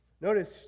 Notice